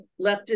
leftist